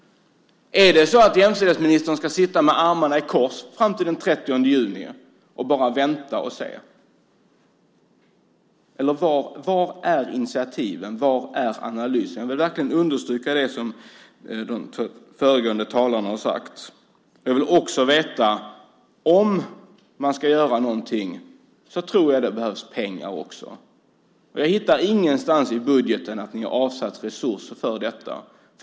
Är det så att jämställdhetsministern ska sitta med armarna i kors och bara vänta och se fram till den 30 juni? Var finns initiativen, var är analysen? Jag vill verkligen understryka det som föregående talare har sagt. Om man ska göra något behövs det pengar. Jag hittar ingenstans i budgeten att ni har avsatt resurser för detta.